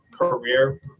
career